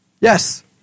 Yes